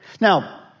Now